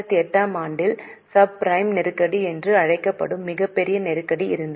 2008 ஆம் ஆண்டில் subprime நெருக்கடி என்று அழைக்கப்படும் மிகப் பெரிய நெருக்கடி இருந்தது